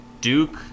Duke